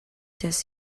does